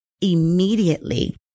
immediately